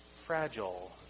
fragile